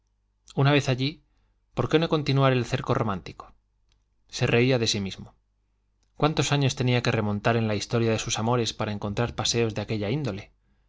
una vez allí por qué no continuar el cerco romántico se reía de sí mismo cuántos años tenía que remontar en la historia de sus amores para encontrar paseos de aquella índole